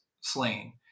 slain